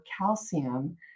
calcium